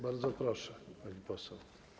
Bardzo proszę, pani poseł.